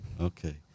Okay